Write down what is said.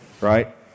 right